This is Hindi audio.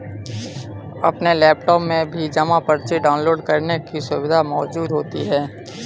अपने लैपटाप में भी जमा पर्ची डाउनलोड करने की सुविधा मौजूद होती है